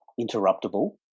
interruptible